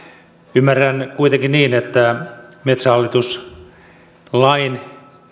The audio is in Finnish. ymmärrän kuitenkin niin että metsähallitus lain